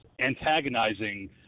antagonizing